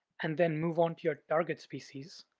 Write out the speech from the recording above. and then move on to your target species.